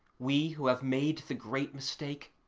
we who have made the great mistake,